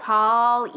Paul